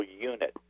unit